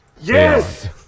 Yes